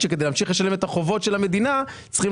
שכדי להמשיך לשלם את החובות של המדינה צריכים